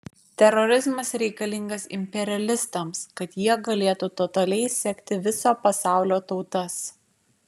terorizmas reikalingas imperialistams kad jie galėtų totaliai sekti viso pasaulio tautas